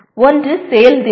ஒன்று செயல்திறன்